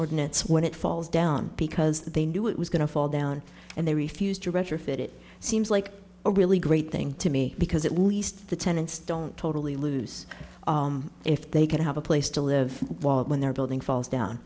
ordinance when it falls down because they knew it was going to fall down and they refused to retrofit it seems like a really great thing to me because it least the tenants don't totally lose if they could have a place to live when their building falls down